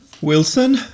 Wilson